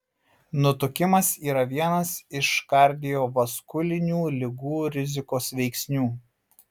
nutukimas yra vienas iš kardiovaskulinių ligų rizikos veiksnių